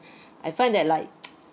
I find that like